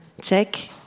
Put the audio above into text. check